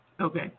Okay